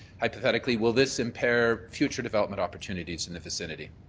hypothetically will this impair future development opportunities in the vicinity?